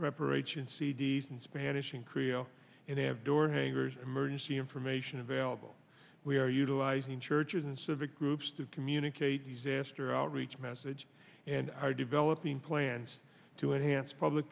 preparation c d s and spanish in korea and have door hangers emergency information available we are utilizing churches and civic groups to communicate these aster outreach message and are developing plans to enhance public